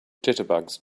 jitterbugs